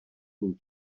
ním